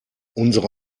unsere